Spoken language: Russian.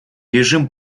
режим